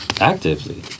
Actively